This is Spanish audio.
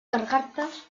gargantas